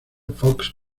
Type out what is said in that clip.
fox